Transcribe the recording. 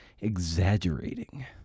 exaggerating